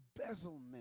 embezzlement